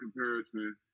comparison